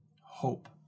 hope